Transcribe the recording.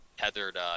tethered